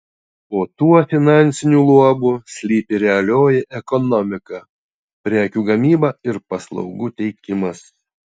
po tuo finansiniu luobu slypi realioji ekonomika prekių gamyba ir paslaugų teikimas